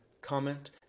comment